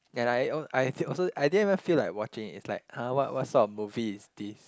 and I I also I didn't even feel like watching it's like huh what what sort of movie is this